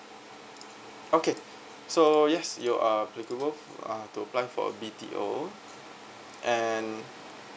okay so yes you are eligible uh to apply for a B_T_O and